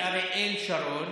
יש לנו איזה חוש.